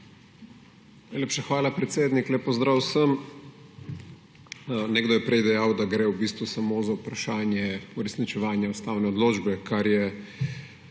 Najlepša hvala, predsednik. Lep pozdrav vsem! Nekdo je prej dejal, da gre v bistvu samo za vprašanje uresničevanja ustavne odločbe, kar